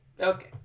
Okay